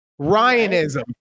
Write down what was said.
Ryanism